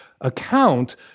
account